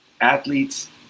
athletes